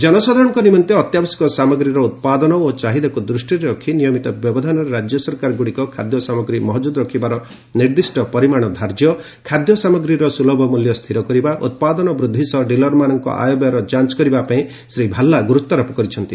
ଜନସାଧାରଣଙ୍କ ନିମନ୍ତେ ଅତ୍ୟାବଶ୍ୟକ ସାମଗ୍ରୀର ଉତ୍ପାଦନ ଓ ଚାହିଦାକୁ ଦୃଷ୍ଟିରେ ରଖି ନିୟମିତ ବ୍ୟବଧାନରେ ରାଜ୍ୟସରକାର ଗୁଡ଼ିକ ଖାଦ୍ୟ ସାମଗ୍ରୀ ମହକ୍ରୁଦ ରଖିବାର ନିର୍ଦ୍ଦିଷ୍ଟ ପରିମାଣ ଧାର୍ଯ୍ୟ ଖାଦ୍ୟ ସାମଗ୍ରୀର ସ୍କୁଲଭ ମୂଲ୍ୟ ସ୍ଥିର କରିବା ଉତ୍ପାଦନ ବୃଦ୍ଧି ସହ ଡିଲରମାନଙ୍କ ଆୟବ୍ୟୟର ଯାଞ୍ଚ କରିବା ପାଇଁ ଶ୍ରୀ ଭାଲା ଗୁରୁତ୍ୱାରୋପ କରିଛନ୍ତି